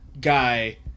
guy